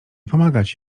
pomagać